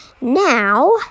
Now